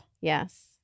Yes